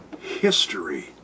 history